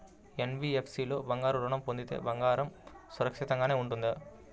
NBFC లో బంగారు ఋణం పొందితే బంగారం సురక్షితంగానే ఉంటుందా?